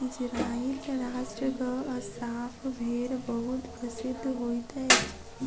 Israel राष्ट्रक Assaf भेड़ बहुत प्रसिद्ध होइत अछि